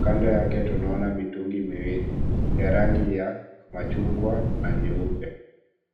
Kando yake tunaona mitungi miwili ya rangi ya machungwa na nyeupe.